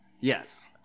Yes